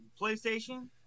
PlayStation